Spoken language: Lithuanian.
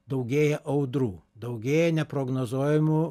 daugėja audrų daugėja neprognozuojamų